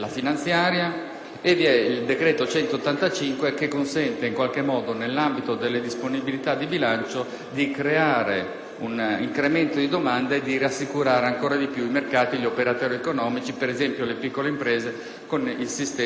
qualche modo, nell'ambito delle disponibilità di bilancio, di creare un incremento di domanda e di rassicurare ancora di più i mercati e gli operatori economici, per esempio, le piccole imprese, con il sistema dei confidi.